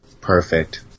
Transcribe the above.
Perfect